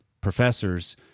professors